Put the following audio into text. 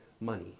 money